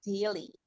daily